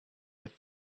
with